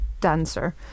dancer